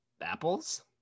Apples